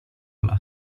alla